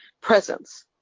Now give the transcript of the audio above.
presence